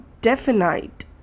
definite